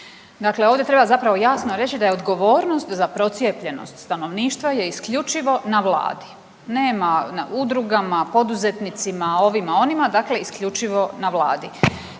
dakle ovdje treba jasno reći da je odgovornost za procijepljenost stanovništva je isključivo na Vladi, nema na udrugama, poduzetnicima, ovima, onima dakle isključivo na Vladi.